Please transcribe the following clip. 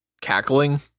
cackling